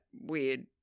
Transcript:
weird